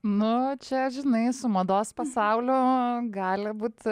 nu čia žinai su mados pasauliu gali būt